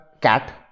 Cat